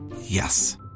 Yes